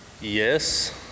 Yes